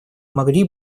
могли